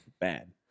bad